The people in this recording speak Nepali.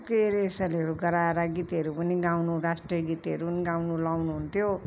केही रेसलहरू गराएर गीतहरू पनि गाउनु राष्ट्र गीतहरू पनि गाउनु लाउनुहुन्थ्यो